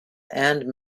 and